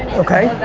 okay,